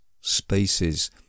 spaces